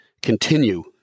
continue